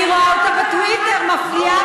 אני רואה אותה בטוויטר מפליאה